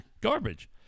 garbage